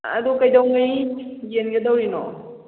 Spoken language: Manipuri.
ꯑꯗꯣ ꯀꯩꯗꯧꯉꯩ ꯌꯦꯟꯒꯗꯣꯏꯅꯣ